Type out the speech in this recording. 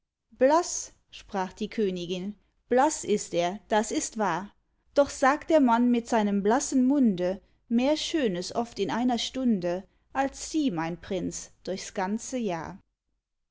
sprach die königin blaß ist er das ist wahr doch sagt der mann mit seinem blassen munde mehr schönes oft in einer stunde als sie mein prinz durchs ganze jahr